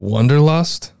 Wonderlust